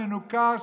מנוכר,